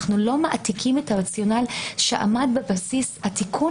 אנחנו לא מעתיקים את הרציונל שעמד בבסיס התיקון